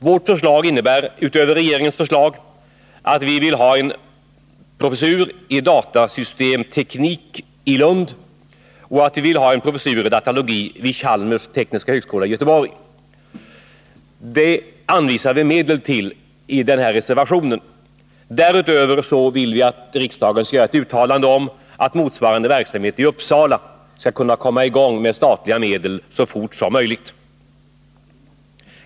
Vårt förslag innebär, utöver regeringens förslag, att vi vill ha en professur i datasystemteknik i Lund och att vi vill ha en professur i datalogi vid Chalmers tekniska högskola i Göteborg. Vi anvisar medel till det i reservation 5. Därutöver vill vi att riksdagen skall göra ett uttalande om att motsvarande verksamhet i Uppsala skall kunna komma i gång med statliga medel så fort som möjligt.